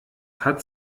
hat